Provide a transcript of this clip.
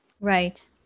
Right